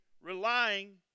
relying